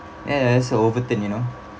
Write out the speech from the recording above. ya that's a overturn you know